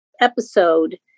episode